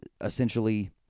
Essentially